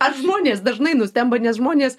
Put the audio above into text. ar žmonės dažnai nustemba nes žmonės